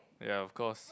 ya of course